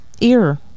Ear